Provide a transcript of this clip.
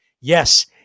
Yes